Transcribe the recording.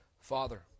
Father